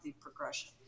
progression